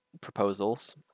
proposals